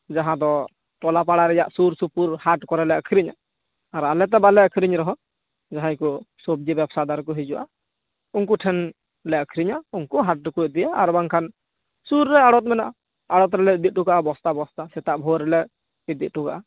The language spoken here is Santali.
ᱡᱟᱦᱟᱸᱫᱚ ᱴᱚᱞᱟᱯᱟᱲᱟ ᱨᱮᱭᱟᱜ ᱥᱩᱨᱥᱩᱯᱩᱨ ᱦᱟᱴ ᱠᱚᱨᱮ ᱟᱠᱷᱨᱤᱧᱟ ᱟᱨ ᱟᱞᱮ ᱛᱚ ᱵᱟᱞᱮ ᱟᱠᱨᱤᱧ ᱨᱚᱦᱚᱸ ᱡᱟᱦᱟᱸᱭ ᱠᱚ ᱥᱚᱵᱡᱤ ᱵᱮᱵᱥᱟ ᱫᱟᱨᱮᱠᱚ ᱦᱤᱡᱩᱜᱼᱟ ᱩᱱᱠᱩ ᱴᱷᱮᱱ ᱞᱮ ᱟᱠᱷᱨᱤᱧᱟ ᱩᱱᱠᱩ ᱦᱟᱴᱴᱩᱠᱩ ᱤᱫᱤᱭᱟ ᱟᱨ ᱵᱟᱝᱠᱷᱟᱱ ᱥᱩᱨᱨᱮ ᱟᱲᱚᱛ ᱢᱮᱱᱟᱜᱼᱟ ᱟᱲᱚᱛᱞᱮ ᱰᱤᱴᱩᱠᱟ ᱵᱚᱥᱛᱟ ᱵᱚᱥᱛᱟ ᱥᱮᱛᱟᱜ ᱵᱷᱳᱨᱞᱮ ᱤᱫᱤ ᱦᱚᱴᱚ ᱠᱟᱜ